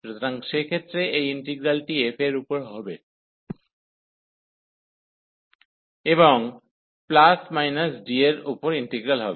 সুতরাং সেক্ষেত্রে এই ইন্টিগ্রালটি f এর উপর হবে এবং D এর উপর ইন্টিগ্রাল হবে